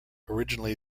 originally